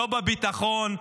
לא בביטחון,